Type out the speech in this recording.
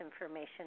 information